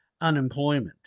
unemployment